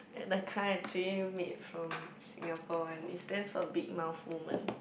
and the car actually made from Singapore one it stands for big mouth woman